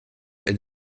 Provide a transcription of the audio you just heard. and